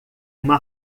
uma